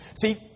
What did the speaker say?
See